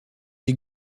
des